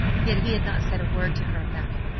yet he had not said a word to her about it!